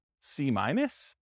C-minus